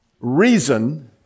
reason